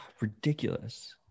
Ridiculous